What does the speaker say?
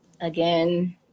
Again